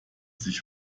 sich